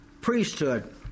priesthood